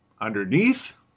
underneath